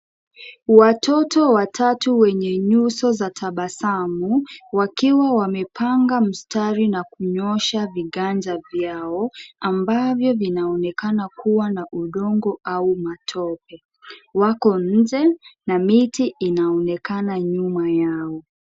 Watoto watatu wenye nyuso za tabasamu, wakiwa wamepanga mstari na kunyosha viganja vyao, ambavyo vinaonekana kuwa na udongo au matope. Wako nje na miti inaonekana nyuma yao.